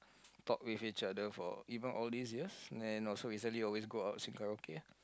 talk with each other for even old days ya then also recently always go out sing karaoke ah